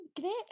great